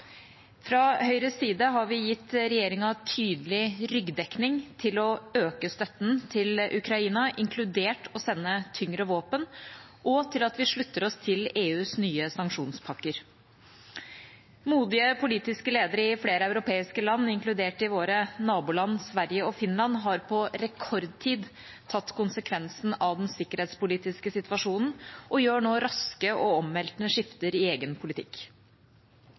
Fra Høyres side har vi gitt regjeringa tydelig ryggdekning til å øke støtten til Ukraina, inkludert å sende tyngre våpen, og til at vi slutter oss til EUs nye sanksjonspakker. Modige politiske ledere i flere europeiske land, inkludert våre naboland Sverige og Finland, har på rekordtid tatt konsekvensen av den sikkerhetspolitiske situasjonen og gjør nå raske og omveltende skifter i egen politikk.